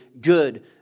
good